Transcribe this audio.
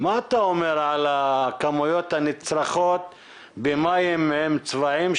מה אתה אומר על הכמויות הנצרכות במים עם צבעים,